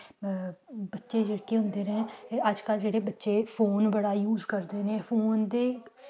बच्चे जेह्के होंदे न एह् अज्जकल बच्चे जेह्के फोन बड़ा यूज़ करदे न फोन दे